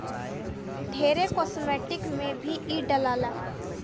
ढेरे कास्मेटिक में भी इ डलाला